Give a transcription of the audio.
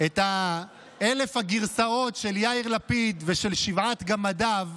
את אלף הגרסאות של יאיר לפיד ושל שבעת גמדיו,